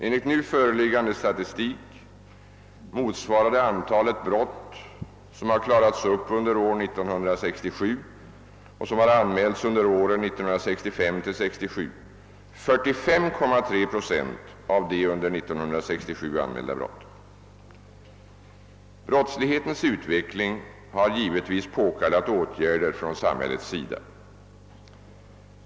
Enligt nu föreliggande statistik motsvarade antalet brott som klarats upp under år 1967 och som anmälts under åren 1965—1967 45,3 Zo av de under år 1967 anmälda brotten. Brottslighetens utveckling har givetvis påkallat åtgärder från samhällets sida.